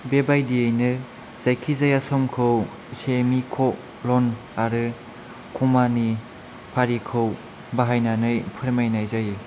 बे बायदियैनो जायखि जाया समखौ सेमिक'लन आरो कमानि फारिखौ बाहायनानै फोरमायनाय जायो